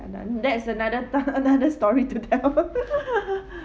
and then that is another another story to tell